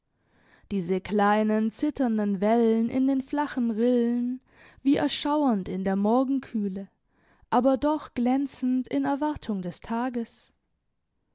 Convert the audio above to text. diese kleinen zitternden wellen in den flachen rillen wie erschauernd in der morgenkühle aber doch glänzend in erwartung des tages